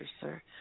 sir